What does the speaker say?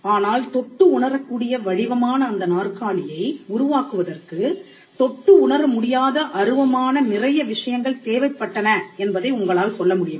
ஆனால் தொட்டு உணரக்கூடிய வடிவமான அந்த நாற்காலியை உருவாக்குவதற்கு தொட்டு உணர முடியாத அருவமான நிறைய விஷயங்கள் தேவைப்பட்டன என்பதை உங்களால் சொல்ல முடியும்